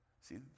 See